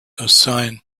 assigned